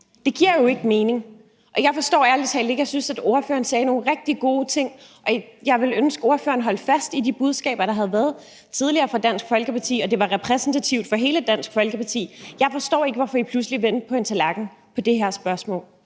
Det giver jo ikke mening. Jeg synes, at ordføreren sagde nogle rigtig gode ting, og jeg ville ønske, at ordføreren holdt fast i de budskaber, Dansk Folkeparti tidligere har givet udtryk for, og at det var repræsentativt for hele Dansk Folkeparti. Jeg forstår ikke, hvorfor I pludselig vendte på en tallerken i det her spørgsmål.